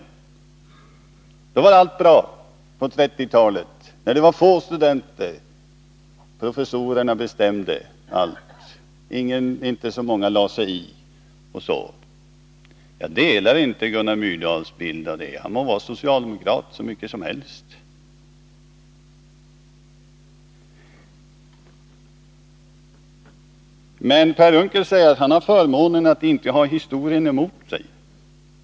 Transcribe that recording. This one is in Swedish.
Enligt honom var allt bra då, på 1930-talet, när det var få studenter, när professorerna bestämde allt och inte så många lade sig i. Jag delar inte Gunnar Myrdals uppfattning om den skolan — han må vara socialdemokrat hur mycket som helst. Per Unckel säger att han har förmånen att inte ha historien emot sig.